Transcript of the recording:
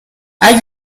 اگه